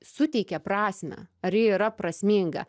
suteikia prasmę ar ji yra prasminga